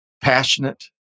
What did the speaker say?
passionate